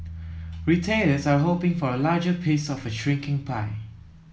retailers are hoping for a larger piece of a shrinking pie